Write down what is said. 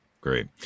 great